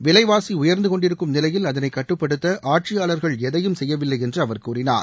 விலைவாசி உயர்ந்துகொண்டிருக்கும் நிலையில் அதனை கட்டுப்படுத்த ஆட்சியாளர்கள் எதையும் செய்யவில்லை என்று அவர் கூறினார்